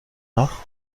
noch